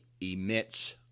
emits